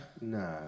No